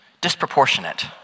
disproportionate